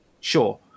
Sure